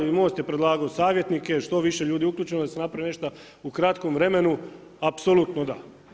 MOST je predlagao savjetnike, što više ljudi uključeno da se napravi nešto u kratkom vremenu, apsolutno da.